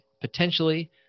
potentially